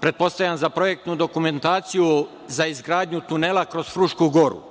pretpostavljam za projektnu dokumentaciju za izgradnju tunela kroz Frušku Goru,